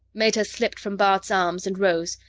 meta slipped from bart's arms and rose,